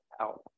out